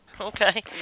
Okay